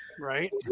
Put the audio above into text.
Right